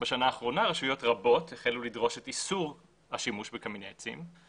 שבשנה האחרונה רשויות רבות החלו לדרוש את איסור השימוש בקמיני עצים.